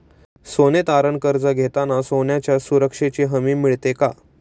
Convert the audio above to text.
सोने तारण कर्ज घेताना सोन्याच्या सुरक्षेची हमी मिळते का?